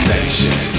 Nation